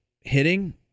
Hitting